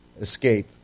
escape